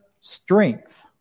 strength